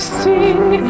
sing